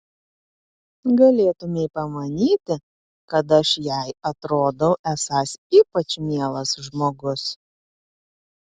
galėtumei pamanyti kad aš jai atrodau esąs ypač mielas žmogus